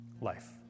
life